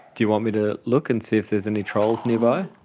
do you want me to look and see if there's any trolls nearby?